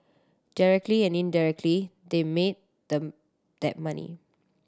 directly and indirectly they made the that money